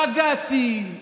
בג"צים,